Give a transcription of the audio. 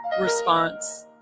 response